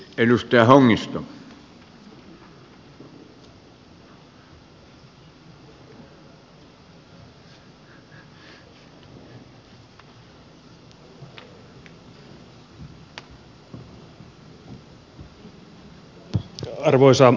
arvoisa herra puhemies